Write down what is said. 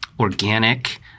organic